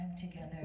together